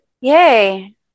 Yay